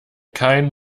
kein